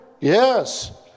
Yes